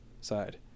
side